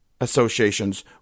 associations